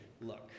look